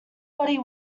body